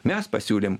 mes pasiūlėm